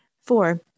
Four